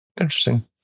Interesting